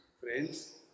Friends